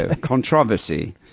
Controversy